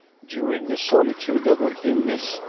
during the solitude of her illness,